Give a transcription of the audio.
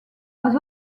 was